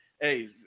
Hey